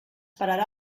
pararà